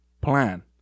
plan